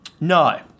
No